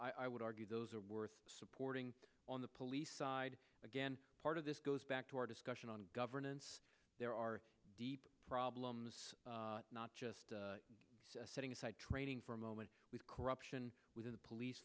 i would argue those are worth supporting on the police side again part of this goes back to our discussion on governance there are deep problems not just setting aside training for a moment with corruption within the police